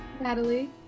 Natalie